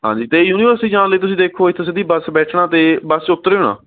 ਹਾਂਜੀ ਅਤੇ ਯੂਨੀਵਸਟੀ ਜਾਣ ਲਈ ਤੁਸੀਂ ਦੇਖੋ ਇਥੋਂ ਸਿੱਧੀ ਬੱਸ ਬੈਠਣਾ ਅਤੇ ਬੱਸ ਚੋਂ ਉਤਰਿਓ ਨਾ